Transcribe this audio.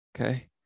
okay